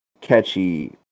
catchy